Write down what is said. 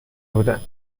بودند